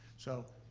so